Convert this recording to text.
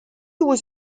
was